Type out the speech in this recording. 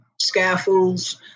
scaffolds